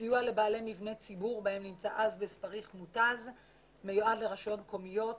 סיוע לבעלי מבני ציבור בהם נמצא אסבסט פריך מותן מיועד לרשויות מקומיות,